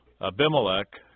Abimelech